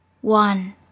One